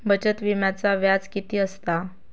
बचत विम्याचा व्याज किती असता?